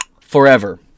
forever